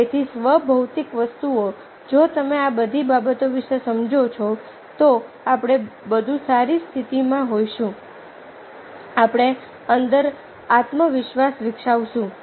તેથી સ્વ ભૌતિક વસ્તુઓ જો તમે આ બધી બાબતો વિશે સમજો છો તો આપણે વધુ સારી સ્થિતિમાં હોઈશું આપણે અંદર આત્મવિશ્વાસ વિકસાવીશું